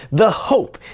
the hope,